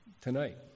tonight